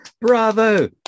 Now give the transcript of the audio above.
Bravo